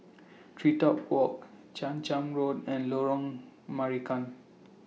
TreeTop Walk Chang Charn Road and Lorong Marican